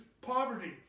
poverty